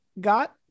got